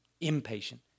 impatient